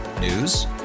News